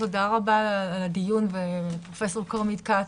תודה רבה על הדיון ופרופסור כרמית כץ,